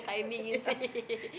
yeah